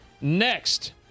Next